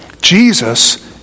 Jesus